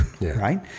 right